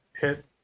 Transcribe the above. hit